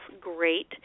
Great